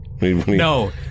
No